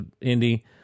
Indy